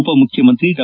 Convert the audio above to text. ಉಪ ಮುಖ್ಯಮಂತ್ರಿ ಡಾ